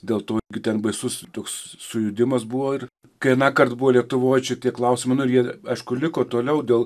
dėl to ten baisus toks sujudimas buvo ir kai anąkart buvo lietuvoj čia tie klausimai nu ir jie aišku liko toliau dėl